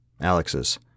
Alex's